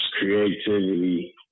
Creativity